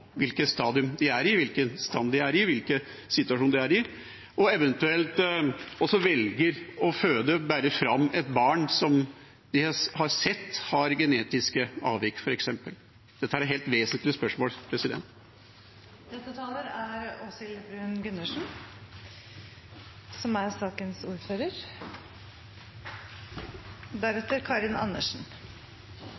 i, hvilken stand de er i, hvilken situasjon de er i, eventuelt også velger å føde og bære fram et barn som de har sett har f.eks. genetiske avvik. Dette er helt vesentlige spørsmål. Jeg har tillit til at norske kvinner og familier er